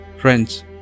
Friends